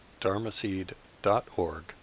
dharmaseed.org